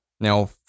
Now